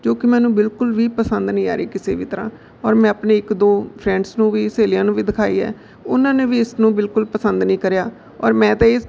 ਜੋ ਕਿ ਮੈਨੂੰ ਬਿਲਕੁਲ ਵੀ ਪਸੰਦ ਨਹੀਂ ਆ ਰਹੀ ਕਿਸੇ ਵੀ ਤਰ੍ਹਾਂ ਔਰ ਮੈਂ ਆਪਣੇ ਇੱਕ ਦੋ ਫਰੈਂਡਸ ਨੂੰ ਵੀ ਸਹੇਲੀਆਂ ਨੂੰ ਵੀ ਦਿਖਾਈ ਹੈ ਉਹਨਾਂ ਨੇ ਵੀ ਇਸ ਨੂੰ ਬਿਲਕੁਲ ਪਸੰਦ ਨਹੀਂ ਕਰਿਆ ਔਰ ਮੈਂ ਤਾਂ ਇਹ